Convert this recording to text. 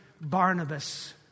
Barnabas